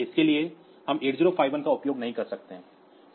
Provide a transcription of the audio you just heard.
इसके लिए हम 8051 का उपयोग नहीं कर सकते हैं